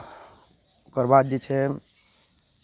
ओकर बाद जे छै